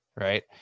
right